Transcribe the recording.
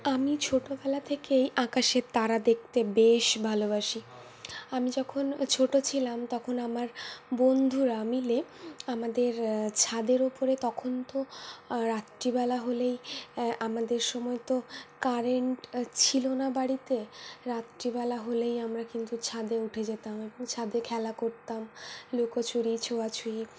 আমি ছোটবেলা থেকেই আকাশের তারা দেখতে বেশ ভালোবাসি আমি যখন ছোট ছিলাম তখন আমার বন্ধুরা মিলে আমাদের ছাদের উপরে তখন তো রাত্রিবেলা হলেই আমাদের সময় তো কারেন্ট ছিল না বাড়িতে রাত্রিবেলা হলেই আমরা কিন্তু ছাদে উঠে যেতাম এবং ছাদে খেলা করতাম লুকোচুরি ছোঁয়াছুয়ি